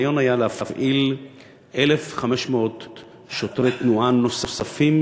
הרעיון היה להפעיל 1,500 שוטרי תנועה נוספים,